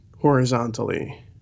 horizontally